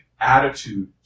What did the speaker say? attitude